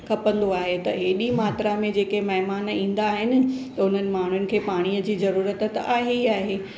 खपंदो आहे त एॾी मात्रा में जेके महिमान ईंदा आहिनि उन्हनि माण्हुनि खे पाणीअ जी जरूरत त आहे ई आहे